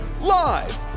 live